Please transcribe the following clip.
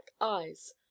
eyes